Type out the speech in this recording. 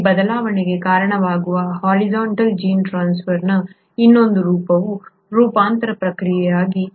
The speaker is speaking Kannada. ಈ ಬದಲಾವಣೆಗೆ ಕಾರಣವಾಗುವ ಹಾರಿಜಾಂಟಲ್ ಜೀನ್ ಟ್ರಾನ್ಸ್ಫರ್ನ ಇನ್ನೊಂದು ರೂಪವು ರೂಪಾಂತರದ ಪ್ರಕ್ರಿಯೆಯಾಗಿದೆ